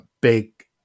big